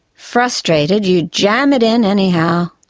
frustrated, you jam it in anyhow.